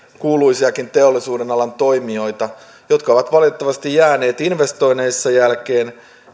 kuuluisiakin teollisuuden alan toimijoita jotka ovat valitettavasti jääneet investoinneissa jälkeen